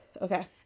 Okay